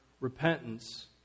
repentance